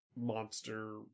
monster